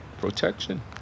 Protection